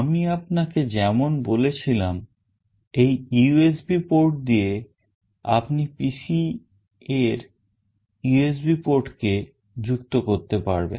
আমি আপনাকে যেমন বলেছিলাম এই USB port দিয়ে আপনি PC এর USB portকে যুক্ত করতে পারবেন